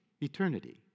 eternity